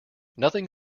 nothing